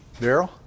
Daryl